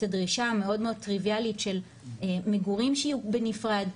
הדרישה המאוד מאוד טריוויאלית של מגורים שיהיו בנפרד,